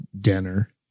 dinner